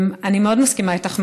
אני מאוד מסכימה איתך,